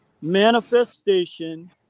manifestation